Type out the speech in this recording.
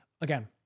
again